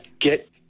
get